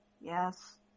Yes